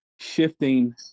shifting